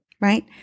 right